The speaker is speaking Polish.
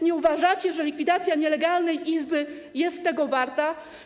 Nie uważacie, że likwidacja nielegalnej izby jest tego warta?